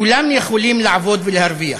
כולם יכולים לעבוד ולהרוויח,